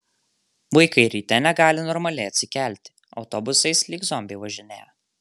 vaikai ryte negali normaliai atsikelti autobusais lyg zombiai važinėja